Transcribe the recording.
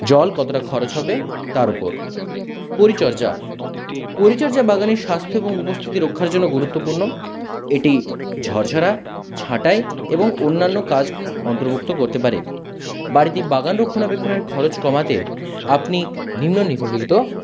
জল কতটা খরচ হবে তার ওপর পরিচর্যা পরিচর্যা বাগানের স্বাস্থ্য এবং উপস্থিতি রক্ষার জন্য গুরুত্বপূর্ণ এটি ঝরঝরে ছাঁটাই এবং অন্যান্য কাজ অন্তর্ভুক্ত করতে পারে বাড়িতে বাগান রক্ষণাবেক্ষণের খরচ কমাতে আপনি নিম্নলিখিত যোগিত